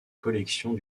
collections